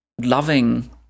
Loving